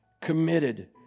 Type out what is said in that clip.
committed